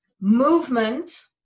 movement